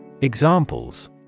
Examples